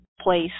place